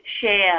share